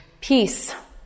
Peace